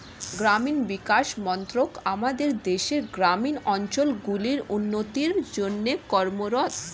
গ্রামীণ বিকাশ মন্ত্রক আমাদের দেশের গ্রামীণ অঞ্চলগুলির উন্নতির জন্যে কর্মরত